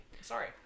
Sorry